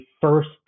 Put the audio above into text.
first